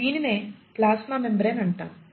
దీనినే plasma membrane అంటాము